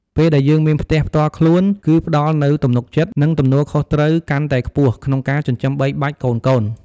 ពេលដែលយើងមានផ្ទះផ្ទាល់ខ្លួនគីផ្ដល់នូវទំនុកចិត្ត និងទំនួលខុសត្រូវកាន់តែខ្ពស់ក្នុងការចិញ្ចឹមបីបាច់កូនៗ។